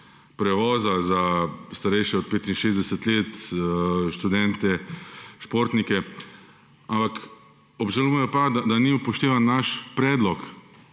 prevoza za starejše od 65 let, študente športnike, ampak obžalujem pa, da ni upoštevan naš predlog,